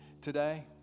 today